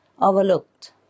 overlooked